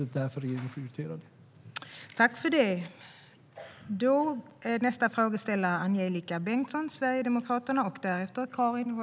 Det är därför som regeringen prioriterar detta.